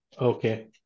Okay